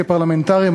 כפרלמנטרים,